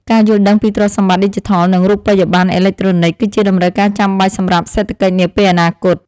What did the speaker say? ការយល់ដឹងពីទ្រព្យសម្បត្តិឌីជីថល និងរូបិយប័ណ្ណអេឡិចត្រូនិច គឺជាតម្រូវការចាំបាច់សម្រាប់សេដ្ឋកិច្ចនាពេលអនាគត។